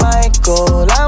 Michael